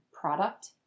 product